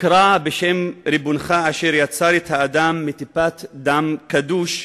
קרא בשם ריבונך אשר יצר את האדם מטיפת דם קדוש.